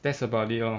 that's about it lor